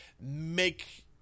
make